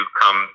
come